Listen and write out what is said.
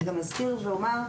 אני אזכיר ואומר: